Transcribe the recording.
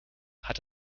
hat